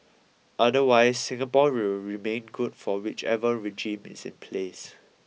otherwise Singapore will remain good for whichever regime is in place